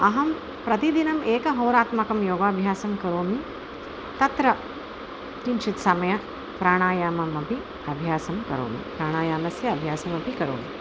अहं प्रतिदिनम् एकहोरात्मकं योगाभ्यासं करोमि तत्र किञ्चित् समयं प्राणायाममपि अभ्यासं करोमि प्राणायामस्य अभ्यासमपि करोमि